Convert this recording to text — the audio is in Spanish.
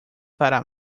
para